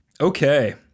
okay